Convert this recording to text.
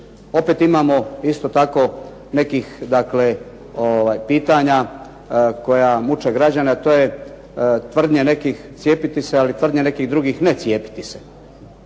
Opet imamo isto tako nekih dakle pitanja koja muče građane, a to je tvrdnja nekih cijepiti se, ali tvrdnja nekih drugih ne cijepiti se.